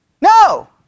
No